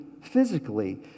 physically